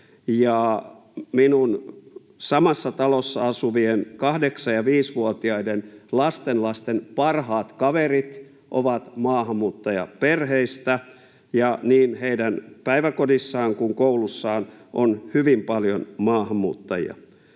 minun samassa talossa asuvien kahdeksan- ja viisivuotiaiden lastenlasteni parhaat kaverit ovat maahanmuuttajaperheistä ja niin heidän päiväkodissaan kuin koulussaan on hyvin paljon maahanmuuttajia.